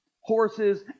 horses